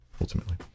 ultimately